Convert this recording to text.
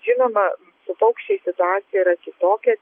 žinoma su paukščiais situacija yra kitokia